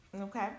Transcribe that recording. Okay